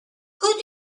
who